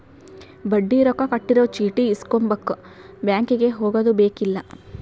ಬಡ್ಡಿ ರೊಕ್ಕ ಕಟ್ಟಿರೊ ಚೀಟಿ ಇಸ್ಕೊಂಬಕ ಬ್ಯಾಂಕಿಗೆ ಹೊಗದುಬೆಕ್ಕಿಲ್ಲ